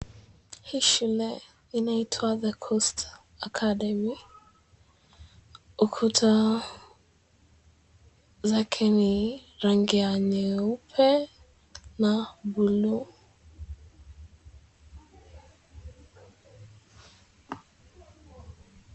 Hii shule inaitwa The Coast Academy ukuta zake ni rangi ya nyeupe na blu.